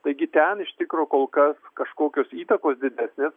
taigi ten iš tikro kol kas kažkokios įtakos didesnės